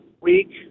week